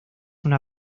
una